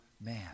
man